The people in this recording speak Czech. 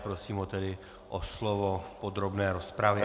Prosím ho tedy o slovo v podrobné rozpravě.